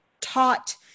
taught